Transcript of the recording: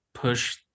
push